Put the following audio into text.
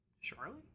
Charlie